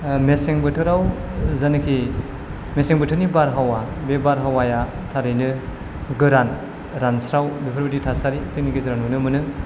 मेसें बोथोराव जेनाखि मेसें बोथोरनि बारहावा बे बारहावाया थारैनो गोरान रानस्राव बेफोरबादि थासारि जोंनि गेजेराव नुनो मोनो